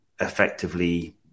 effectively